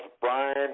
Brian